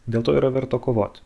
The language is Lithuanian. dėl to yra verta kovoti